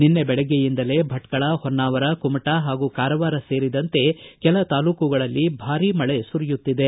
ನಿನ್ನೆ ಬೆಳಗೆಯಿಂದಲೇ ಭಟ್ಕಳ ಹೊನ್ನಾವರ ಕುಮಟಾ ಹಾಗೂ ಕಾರವಾರ ಸೇರಿದಂತೆ ಕೆಲ ತಾಲೂಕುಗಳಲ್ಲಿ ಭಾರೀ ಮಳೆ ಸುರಿಯುತ್ತಿದೆ